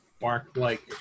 bark-like